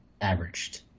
averaged